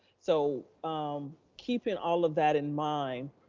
so i'm keeping all of that in mind.